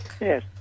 Yes